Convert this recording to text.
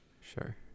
Sure